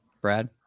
Brad